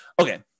okay